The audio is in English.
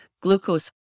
Glucose